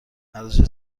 ارزش